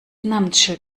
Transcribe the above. namensschild